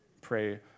pray